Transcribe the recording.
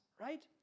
right